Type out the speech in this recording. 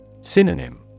Synonym